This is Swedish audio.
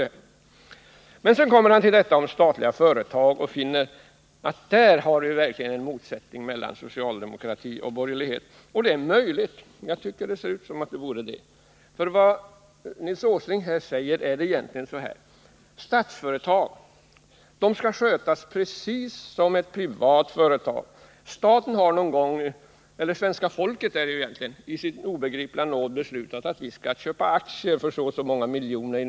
Så tar industriministern upp frågan om statliga företag och konstaterar att det där verkligen finns en motsättning mellan socialdemokratin och borgerligheten. Det är möjligt, i varje fall tycker jag det ser så ut. Vad Nils Åsling säger är egentligen följande: Statsföretag AB skall skötas precis som ett privat företag. Svenska folket har i sin obegripliga nåd en gång beslutat att vi skall köpa aktier för så och så många miljoner.